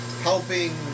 helping